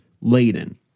laden